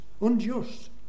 unjust